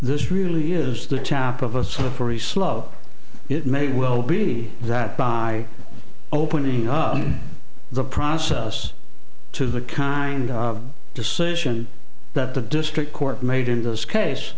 this really is the chap of a sort of very slow it may well be that by opening up the process to the kind of decision that the district court made in this case